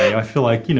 i feel like, you know